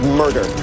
murder